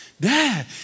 Dad